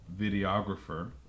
videographer